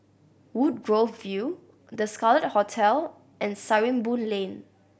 Woodgrove View The Scarlet Hotel and Sarimbun Lane